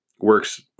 works